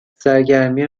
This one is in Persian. سرگرمی